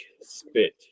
spit